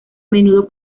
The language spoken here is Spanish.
menudo